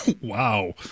Wow